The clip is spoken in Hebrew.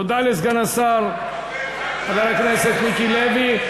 תודה לסגן השר חבר הכנסת מיקי לוי.